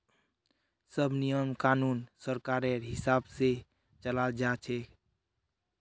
सब नियम कानून सरकारेर हिसाब से चलाल जा छे